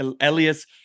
elias